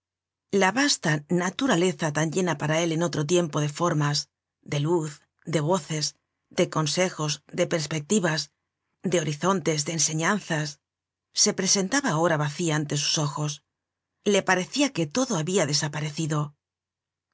la vasta naturaleza tan llena para él en otro tiempo de formas de luz de voces de consejos de perspectivas de horizontes de enseñanzas se presentaba ahora vacía ante sus ojos le parecia que todo habia desaparecido